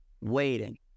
waiting